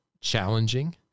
challenging